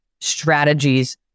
strategies